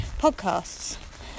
podcasts